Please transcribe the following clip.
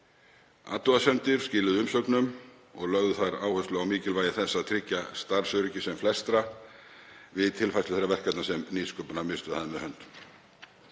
athugasemdir, skiluðu umsögnum og lögðu þar áherslu á mikilvægi þess að tryggja starfsöryggi sem flestra við tilfærslu þeirra verkefna sem Nýsköpunarmiðstöð hafði með höndum.